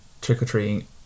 trick-or-treating